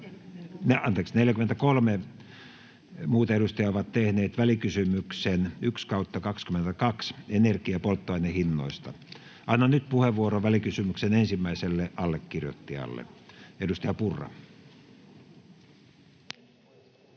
Purra ja 43 muuta edustajaa ovat tehneet välikysymyksen VK 1/2022 vp energia‑ ja polttoainehinnoista. Annan nyt puheenvuoron välikysymyksen ensimmäiselle allekirjoittajalle. — Edustaja Purra. [Speech